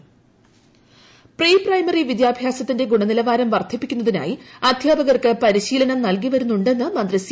സഭ വിദ്യാഭ്യാസമന്ത്രി പ്രീപ്രൈമറി വിദ്യാഭ്യാസത്തിന്റെ ഗുണനിലവാരം വർദ്ധിപ്പിക്കുന്നതിനായി അധ്യാപർക്ക് പരിശീലനം നൽകിവരുന്നുണ്ടെന്ന് മന്ത്രി സി